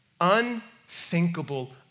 Unthinkable